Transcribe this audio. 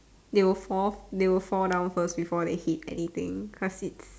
they will fall they will fall down first before they hit anything cause it